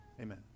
amen